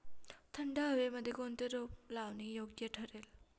थंड हवेमध्ये कोणते रोप लावणे योग्य ठरेल?